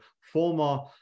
former